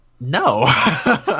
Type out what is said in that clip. no